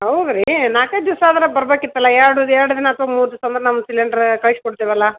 ಹೌದ್ರೀ ನಾಲ್ಕೈದು ದಿವಸ ಆದರೆ ಬರಬೇಕಿತ್ತಲ್ಲ ಎರಡು ಎರಡು ದಿನ ಅಥ್ವ ಮೂರು ದಿವಸ ಅಂದ್ರೆ ನಮ್ಮ ಸಿಲೆಂಡ್ರ್ ಕಳ್ಸಿ ಕೊಡ್ತೀವಲ್ಲ